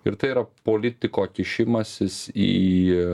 ir tai yra politiko kišimasis į